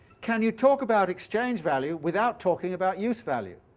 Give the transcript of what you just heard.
can you talk about exchange-value without talking about use-value?